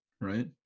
right